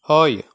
हय